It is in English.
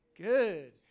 good